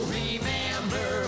remember